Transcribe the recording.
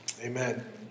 amen